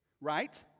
Right